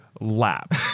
lap